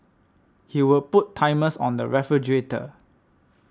he would put timers on the refrigerator